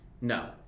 No